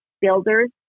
builders